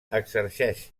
exerceix